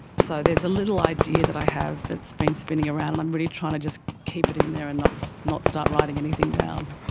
so there's a little idea that i have that's been spinning around and i'm really trying to just keep it in there and not start writing anything down.